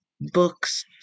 books